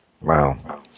Wow